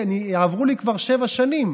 יעברו לי כבר שבע שנים.